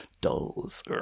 Dolls